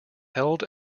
held